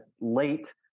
late